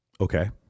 Okay